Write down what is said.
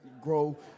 grow